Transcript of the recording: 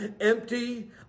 empty